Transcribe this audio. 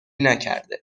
نکرده